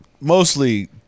mostly